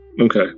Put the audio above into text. okay